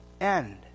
end